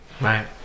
right